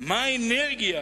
כמה אנרגיה